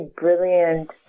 brilliant